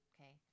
okay